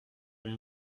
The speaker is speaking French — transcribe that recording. rien